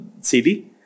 CD